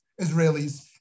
Israelis